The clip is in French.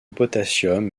potassium